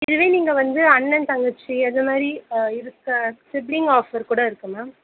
இதுவே நீங்கள் வந்து அண்ணன் தங்கச்சி அதுமாதிரி இருக்கற சிபிலிங் ஆஃபர் கூட இருக்கு மேம்